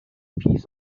piece